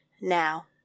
Now